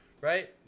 right